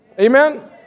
Amen